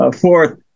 Fourth